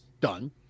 done